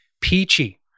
Peachy